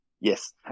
Yes